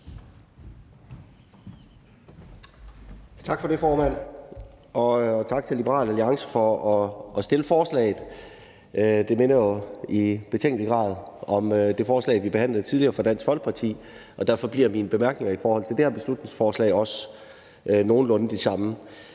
Tak for det, formand. Og tak til Liberal Alliance for at fremsætte forslaget. Det minder i betænkelig grad om det forslag fra Dansk Folkeparti, vi behandlede tidligere, og derfor bliver mine bemærkninger i forhold til det her beslutningsforslag også nogenlunde de samme.